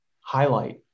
highlight